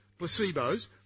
placebos